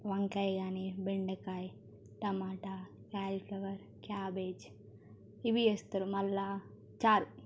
వంకాయ కానీ బెండకాయ టమాట కాలీఫ్లవర్ క్యాబేజ్ ఇవి చేస్తారు మళ్ళీ చారు